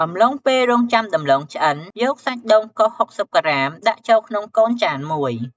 អំឡុងពេលរង់ចាំដំឡូងឆ្អិន យកសាច់ដូងកោស ៦០ ក្រាម ដាក់ចូលក្នុងកូនចានមួយ។